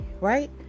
Right